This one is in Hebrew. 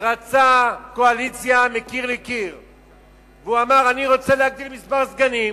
רצה קואליציה מקיר לקיר ואמר: אני רוצה להגדיל את מספר הסגנים.